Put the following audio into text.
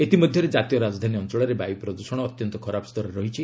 ଇତି ମଧ୍ୟରେ ଜାତୀୟ ରାଜଧାନୀ ଅଞ୍ଚଳରେ ବାୟୁ ପ୍ରଦୃଷଣ ଅତ୍ୟନ୍ତ ଖରାପ ସ୍ତରରେ ରହିଛି